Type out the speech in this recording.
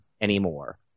anymore